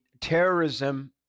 terrorism